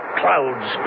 clouds